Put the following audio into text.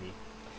company